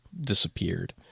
disappeared